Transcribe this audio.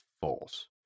false